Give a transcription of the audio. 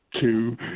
two